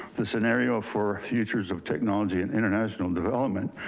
the scenario for futures of technology and international development,